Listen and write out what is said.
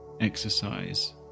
exercise